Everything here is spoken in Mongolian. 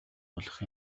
болох